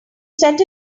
set